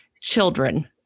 children